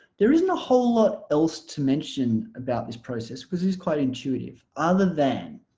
there isn't a whole lot else to mention about this process because it is quite intuitive other than